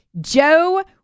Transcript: Joe